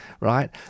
right